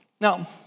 Now